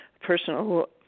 personal